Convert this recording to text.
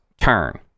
turn